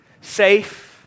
safe